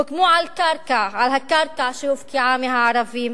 הוקמו על קרקע, על הקרקע שהופקעה מהערבים.